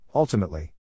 Ultimately